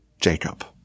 Jacob